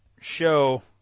show